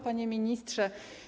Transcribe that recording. Panie Ministrze!